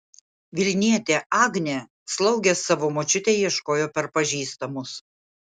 vilnietė agnė slaugės savo močiutei ieškojo per pažįstamus